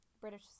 British